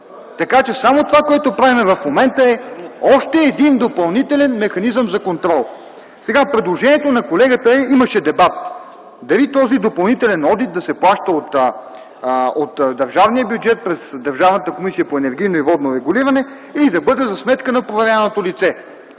Така че само това, което правим в момента, е още един допълнителен механизъм за контрол. По предложението на колегата имаше дебати дали този допълнителен одит да се плаща от държавния бюджет през Държавната комисия по енергийно и